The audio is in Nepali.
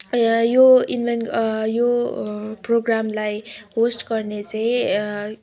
यो इभेन्ट यो प्रोग्रामलाई होस्ट गर्ने चाहिँ